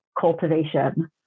cultivation